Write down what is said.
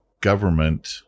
Government-